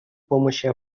помощи